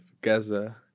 Gaza